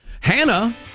Hannah